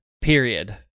period